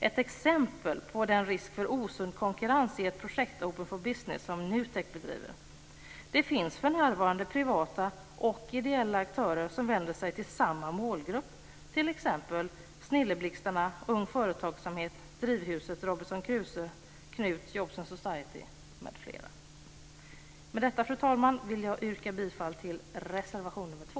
Ett exempel på denna risk för osund konkurrens är ett projekt, Open for Business, som NUTEK bedriver. Det finns för närvarande privata och ideella aktörer som vänder sig till samma målgrupp, t.ex. Snilleblixtarna, Ung företagsamhet, Drivhuset, Robinson Crusoe AB, nätverket KNUT, Jobs & Society, m.fl. Fru talman! Med detta vill jag yrka bifall till reservation 2.